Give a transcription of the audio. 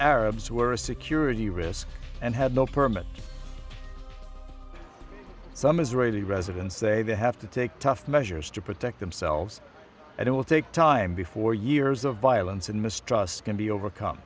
were a security risk and had no permit some israeli residents say they have to take tough measures to protect themselves and it will take time before years of violence and mistrust can be overcome